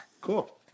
Cool